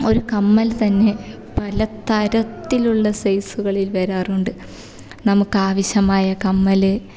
ഒരു കമ്മല് തന്നെ പലതരത്തിലുള്ള സൈസുകളില് വരാറുണ്ട് നമുക്കാവശ്യമായ കമ്മൽ